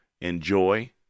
Enjoy